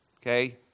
okay